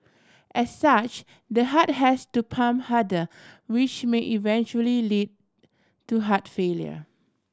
as such the heart has to pump harder which may eventually lead to heart failure